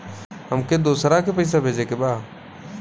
हमके दोसरा के पैसा भेजे के बा?